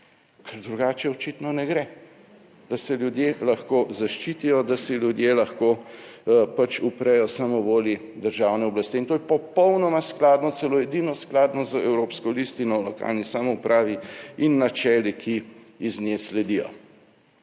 ker drugače očitno ne gre, da se ljudje lahko zaščitijo, da se ljudje lahko pač uprejo samovolji državne oblasti in to je popolnoma skladno, celo edino skladno z Evropsko listino o lokalni samoupravi in načeli, ki iz nje sledijo.